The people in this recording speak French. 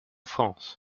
france